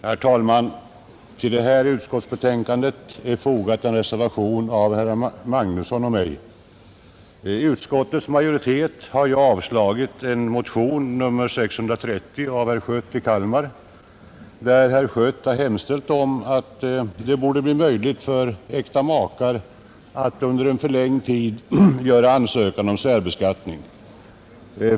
Herr talman! Till detta utskottsbetänkande är fogad en reservation av herrar Magnusson i Borås och mig. Utskottsmajoriteten har avstyrkt en motion nr 630 av herr Schött som hemställt om att det borde bli möjligt för äkta makar att under en förlängd tid göra ansökan om särbeskattning.